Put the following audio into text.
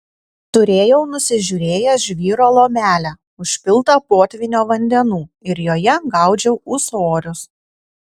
turėjau nusižiūrėjęs žvyro lomelę užpiltą potvynio vandenų ir joje gaudžiau ūsorius